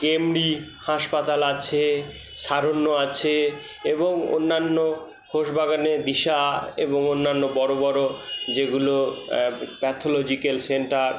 Camry হাসপাতাল আছে সারণ্যা আছে এবং অন্যান্য খোস বাগানে দিশা এবং অন্যান্য বড়ো বড়ো যেগুলো প্যাথলজিকেল সেন্টার